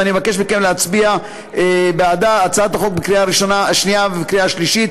ואני מבקש מכם להצביע בעד הצעת החוק בקריאה השנייה ובקריאה השלישית.